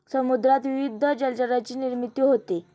समुद्रात विविध जलचरांची निर्मिती होते